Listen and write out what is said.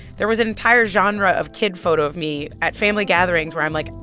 there was an entire genre of kid photo of me at family gatherings where i'm, like,